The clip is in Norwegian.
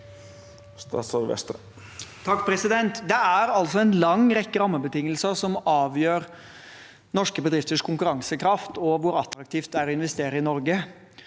Vestre Det er en lang rekke rammebetingelser som avgjør norske bedrifters konkurransekraft og hvor attraktivt det er å investere i Norge.